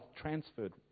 transferred